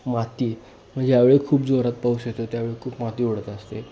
माती म्हणजे ज्यावेळी खूप जोरात पाऊस येतो त्यावेळी खूप माती उडत असते